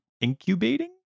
incubating